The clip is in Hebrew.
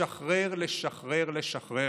לשחרר לשחרר לשחרר.